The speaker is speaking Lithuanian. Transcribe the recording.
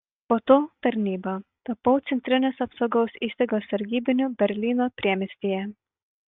po to tarnyba tapau centrinės apsaugos įstaigos sargybiniu berlyno priemiestyje